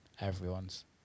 Everyone's